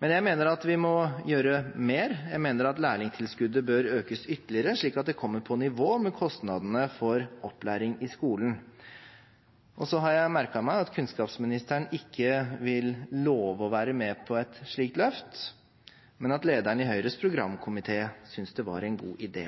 Men jeg mener at vi må gjøre mer – jeg mener at lærlingtilskuddet bør økes ytterligere slik at det kommer på nivå med kostnadene for opplæring i skolen. Så har jeg merket meg at kunnskapsministeren ikke vil love å være med på et slikt løft, men at lederen i Høyres programkomité syntes det var en god